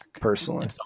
Personally